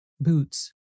Boots